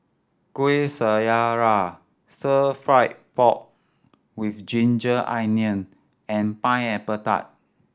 Kuih Syara Stir Fry pork with ginger onion and Pineapple Tart